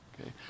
Okay